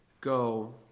Go